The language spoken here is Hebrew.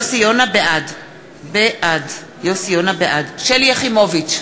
בעד שלי יחימוביץ,